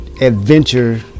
adventure